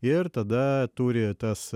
ir tada turi tas